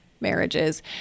marriages